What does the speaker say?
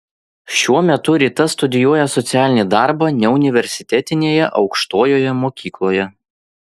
šiuo metu rita studijuoja socialinį darbą neuniversitetinėje aukštojoje mokykloje